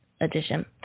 edition